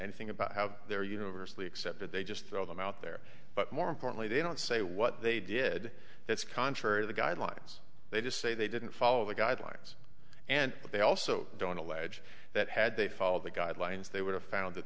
anything about have they're universally accepted they just throw them out there but more importantly they don't say what they did that's contrary to the guidelines they just say they didn't follow the guidelines and they also don't allege that had they follow the guidelines they would have found